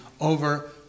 over